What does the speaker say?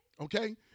okay